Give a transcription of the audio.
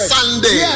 Sunday